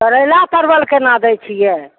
करैला परवल केना दै छियै